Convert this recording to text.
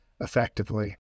effectively